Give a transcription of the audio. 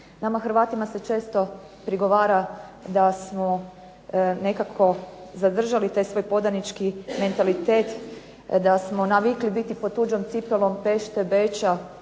Nama Hrvatima se često prigovara da smo nekako zadržali taj svoj podanički mentalitet, da smo navikli biti pod tuđom cipelom Pešte, Beča,